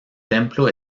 templo